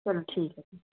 चलो ठीक ऐ